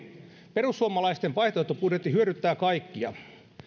perussuomalaisten vaihtoehtobudjetti hyödyttää kaikkia